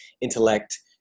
intellect